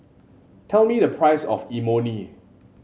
tell me the price of Imoni